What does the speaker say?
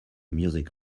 music